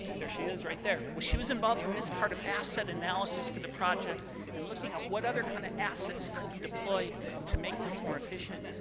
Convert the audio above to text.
there she is, right there. well, she was involved in this part of asset analysis for the project and looking at what other kind of assets could be deployed to make this more efficient,